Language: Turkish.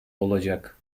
olacak